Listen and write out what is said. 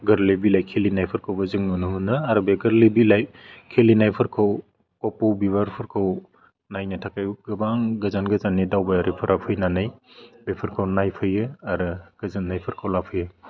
गोरलै बिलाइ खिलिनायफोरखौबो जों नुनो मोनो आरो बे गोरलै बिलाइ खिलिनायफोरखौ कप' बिबारफोरखौ नायनो थाखाय गोबां गोजान गोजाननि दावबायारिफोरा फैनानै बेफोरखौ नायफैयो आरो गोजोन्नायफोरखौ लाफैयो